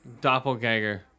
doppelganger